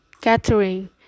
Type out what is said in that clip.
gathering